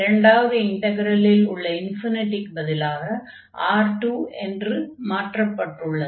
இரண்டாவது இன்டக்ரலில் உள்ள க்குப் பதிலாக R2 என்று மாற்றப்பட்டுள்ளது